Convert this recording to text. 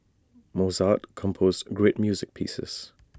Mozart composed great music pieces